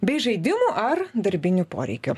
bei žaidimų ar darbinių poreikių